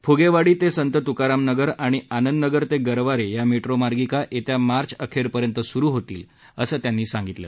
फ्गेवाडी ते संत त्कारामनगर आणि आंनदनगर ते गरवारे या मेट्रो मार्गिका येत्या मार्च अखेरपर्यंत स्रु होतील असं ते म्हणाले